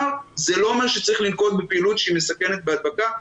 זה לא אומר שצריך לנקוט בפעילות שהיא מסכנת בהדבקה,